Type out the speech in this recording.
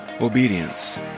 obedience